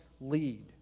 lead